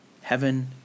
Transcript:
heaven